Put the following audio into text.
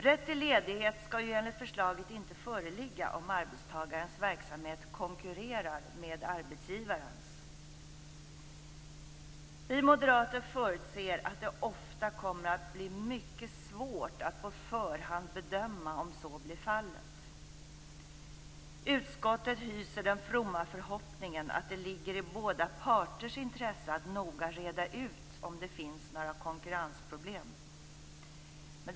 Rätt till ledighet skall ju enligt förslaget inte föreligga om arbetstagarens verksamhet konkurrerar med arbetsgivarens. Vi moderater förutser att det ofta kommer att bli mycket svårt att på förhand bedöma om så blir fallet. Utskottet hyser den fromma förhoppningen att det ligger i båda parters intresse att noga reda ut om det finns några konkurrensproblem.